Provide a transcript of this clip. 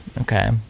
Okay